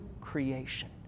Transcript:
creation